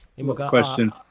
Question